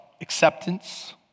acceptance